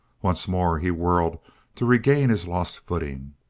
once more he whirled to regain his lost footing,